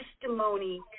testimony